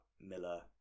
Miller